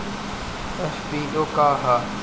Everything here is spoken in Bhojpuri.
एफ.पी.ओ का ह?